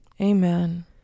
Amen